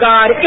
God